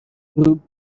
غروب